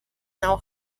now